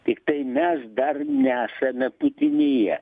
tiktai mes dar nesame putinija